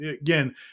again